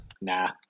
Nah